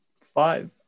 five